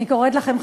אני קוראת לכם,